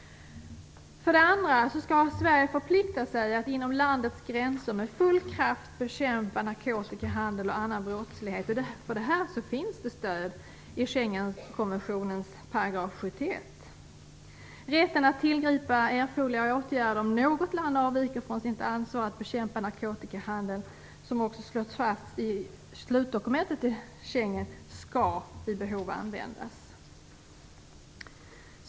För det andra skall Sverige förplikta sig att inom landets gränser med full kraft bekämpa narkotikahandel och annan brottslighet. För detta finns stöd i Schengenkonventionens § 71. Rätten att tillgripa erforderliga åtgärder om något land avviker från sitt ansvar för att bekämpa narkotikahandeln, som också slås fast i slutdokumentet i Schengen, skall vid behov användas.